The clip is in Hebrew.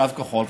קו כחול,